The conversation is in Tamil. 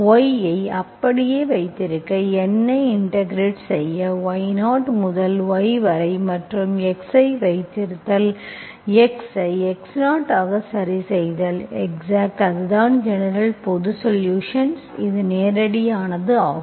y ஐ அப்படியே வைத்திருக்க N ஐ இன்டெகிரெட் செய்ய y0 முதல் y வரை மற்றும் x ஐ வைத்திருத்தல் x ஐ x0 ஆக சரிசெய்தல் எக்ஸாக்ட் அதுதான் ஜெனரல் சொலுஷன்ஸ் அது நேரடியானது ஆகும்